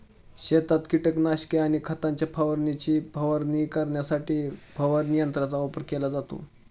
शेतात कीटकनाशके आणि खतांच्या द्रावणाची फवारणी करण्यासाठी फवारणी यंत्रांचा वापर केला जातो